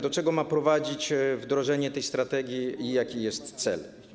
Do czego zatem ma prowadzić wdrożenie tej strategii i jaki jest cel?